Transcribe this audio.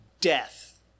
death